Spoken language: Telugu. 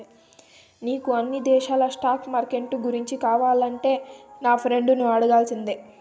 నీకు అన్ని దేశాల స్టాక్ మార్కెట్లు గూర్చి కావాలంటే నా ఫ్రెండును అడగాల్సిందే